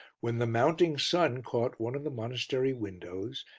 when the mounting sun caught one of the monastery windows,